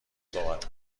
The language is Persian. صحبت